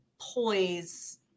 poise